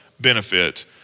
benefit